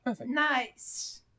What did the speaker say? Nice